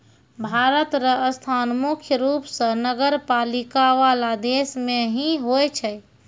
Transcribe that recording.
भारत र स्थान मुख्य रूप स नगरपालिका वाला देश मे ही होय छै